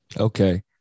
okay